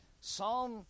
Psalm